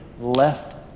left